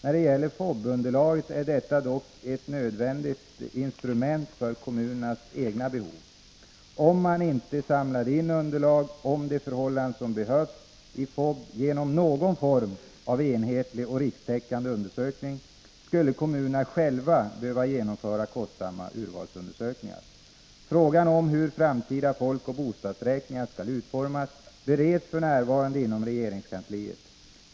När det gäller FOB-underlaget är detta dock ett nödvändigt instrument för kommunernas egna behov. Om man inte samlade in underlag om de förhållanden som behövs i FOB genom någon form av enhetlig och rikstäckande undersökning, skulle kommunerna själva behöva genomföra kostsamma urvalsundersökningar. Frågan om hur framti 43 da folkoch bostadsräkningar skall utformas bereds f. n. inom regeringskansliet.